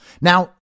Now